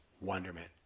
wonderment